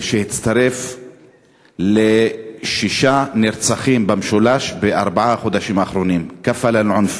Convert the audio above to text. שהצטרף לשישה נרצחים במשולש בארבעת החודשים האחרונים (אומר בערבית: